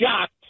shocked